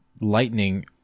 lightning